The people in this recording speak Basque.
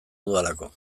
dudalako